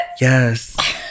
Yes